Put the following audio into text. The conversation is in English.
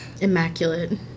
immaculate